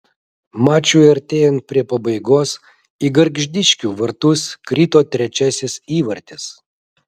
mačui artėjant prie pabaigos į gargždiškių vartus krito trečiasis įvartis